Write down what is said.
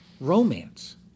romance